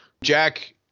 Jack